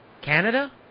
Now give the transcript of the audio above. Canada